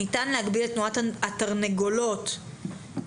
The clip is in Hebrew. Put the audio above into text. ניתן להגביל את תנועת התרנגולות למפלס,